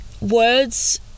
Words